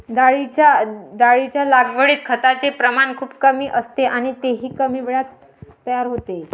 डाळींच्या लागवडीत खताचे प्रमाण खूपच कमी असते आणि तेही कमी वेळात तयार होते